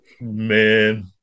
Man